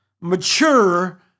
mature